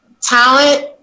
talent